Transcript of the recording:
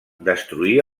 destruir